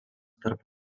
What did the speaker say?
tarp